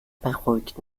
beruhigt